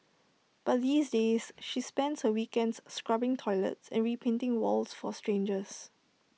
but these days she spends her weekends scrubbing toilets and repainting walls for strangers